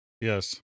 yes